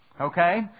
okay